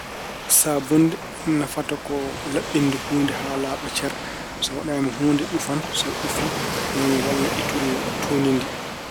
Saabunnde nafata ko laɓɓinde huunde haa laaɓa cer. So waɗaama huunde ƴufan, so ƴufi ni woni walla ittude tuundi ndi.